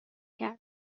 کرد